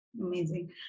Amazing